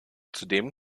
zudem